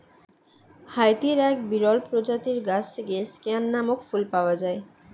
হাইতির এক বিরল প্রজাতির গাছ থেকে স্কেয়ান নামক ফুল পাওয়া যায়